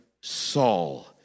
Saul